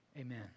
Amen